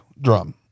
drum